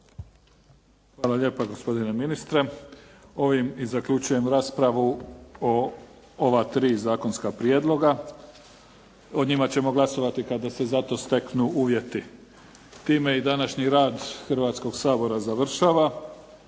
Hvala lijepa gospodine ministre. Ovim i zaključujem raspravu o ova tri zakonska prijedloga. O njima ćemo glasovati kada se za to steknu uvjeti. Time i današnji rad Hrvatskog sabora završava,